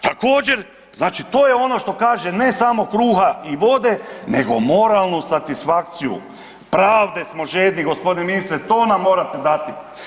Također znači to je ono što kaže ne samo kruha i vode nego moralnu satisfakciju, pravde smo žedni gospodine ministre, to nam morate dati.